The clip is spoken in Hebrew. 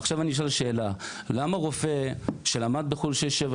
עכשיו אשאל שאלה: למה רופא שלמד בחו"ל שש-שבע